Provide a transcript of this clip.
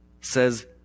says